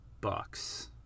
Bucks